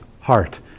heart